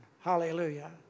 Hallelujah